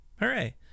Hooray